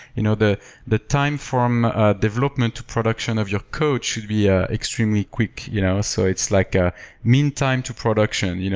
you know the the time from ah development production of your code should be ah extremely quickly, you know so it's like ah meantime to production, you know